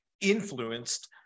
influenced